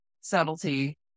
subtlety